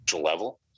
level